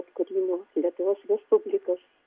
atkūrimo lietuvos respublikos